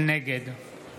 נגד